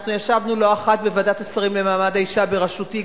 אנחנו ישבנו לא אחת בוועדת השרים למעמד האשה בראשותי,